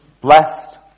blessed